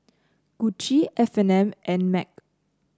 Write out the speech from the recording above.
Gucci F And N and MAG